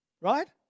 right